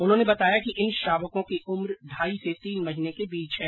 उन्होंने बताया कि इन शावको की उम्र ढाई से तीन महीने के बीच है